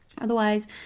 Otherwise